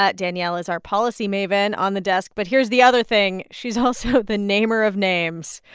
ah danielle is our policy maven on the desk, but here's the other thing. she's also the namer of names